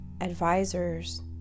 advisors